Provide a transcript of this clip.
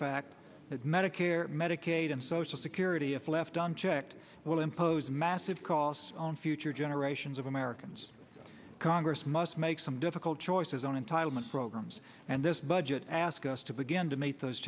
fact that medicare medicaid and social security if left unchecked will impose massive costs on future generations of americans congress must make some difficult choices on entitlement programs and this budget ask us to begin to meet those